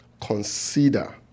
Consider